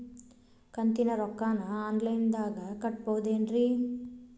ಕಂತಿನ ರೊಕ್ಕನ ಆನ್ಲೈನ್ ದಾಗ ಕಟ್ಟಬಹುದೇನ್ರಿ?